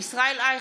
ישראל אייכלר,